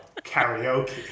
karaoke